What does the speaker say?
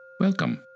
Welcome